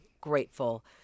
grateful